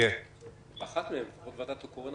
להעיר הערה לסדר אבל הדיון של היום הוא דיון סל,